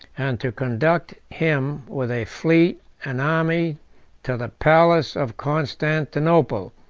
and to conduct him with a fleet and army to the palace of constantinople.